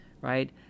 right